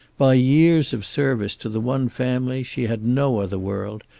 by years of service to the one family she had no other world,